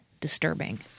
disturbing